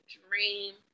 dream